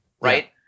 right